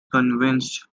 convinced